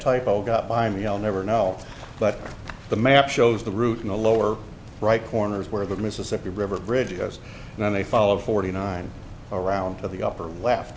typo got by me i'll never know but the map shows the route in the lower right corner is where the mississippi river bridges then they follow forty nine around to the upper left